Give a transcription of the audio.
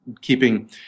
keeping